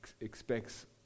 expects